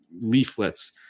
leaflets